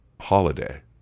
holiday